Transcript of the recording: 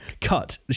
cut